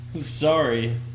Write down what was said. Sorry